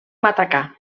matacà